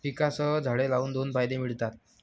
पिकांसह झाडे लावून दोन फायदे मिळतात